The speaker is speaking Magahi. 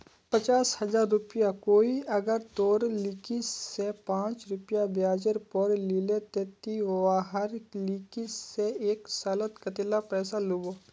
पचास हजार रुपया कोई अगर तोर लिकी से पाँच रुपया ब्याजेर पोर लीले ते ती वहार लिकी से एक सालोत कतेला पैसा लुबो?